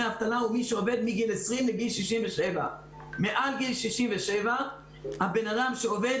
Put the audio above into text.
אבטלה הוא מי שעובד מגיל 20 עד גיל 67. מעל גיל 67 הבן אדם שעובד